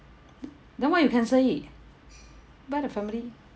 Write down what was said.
then why you cancel it buy the family